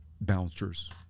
bouncers